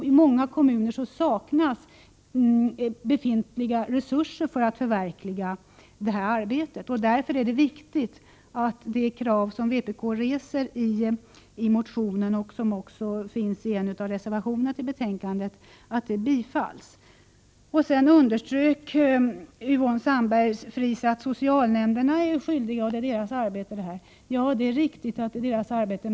I många kommuner saknas befintliga resurser för att förverkliga detta arbete. Därför är det viktigt att de krav som vpk reser i motionen, och som även finns i en av reservationerna till betänkandet, bifalls. Sedan underströk Yvonne Sandberg-Fries att socialnämnderna är skyldiga och att detta är deras arbete. Ja, det är riktigt — det är deras arbete.